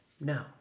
No